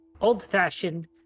old-fashioned